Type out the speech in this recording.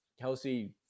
Kelsey